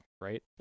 right